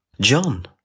John